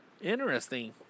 Interesting